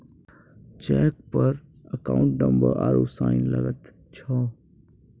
cheque पर account number आरू sign गलत छौ